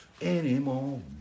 anymore